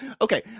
Okay